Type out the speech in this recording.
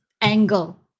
angle